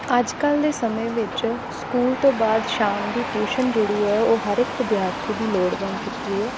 ਅੱਜ ਕੱਲ੍ਹ ਦੇ ਸਮੇਂ ਵਿੱਚ ਸਕੂਲ ਤੋਂ ਬਾਅਦ ਸ਼ਾਮ ਦੀ ਟਿਊਸ਼ਨ ਜਿਹੜੀ ਹੈ ਉਹ ਹਰ ਇੱਕ ਵਿਦਿਆਰਥੀ ਦੀ ਲੋੜ ਬਣ ਚੁੱਕੀ ਹੈ